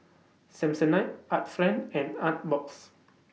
Samsonite Art Friend and Artbox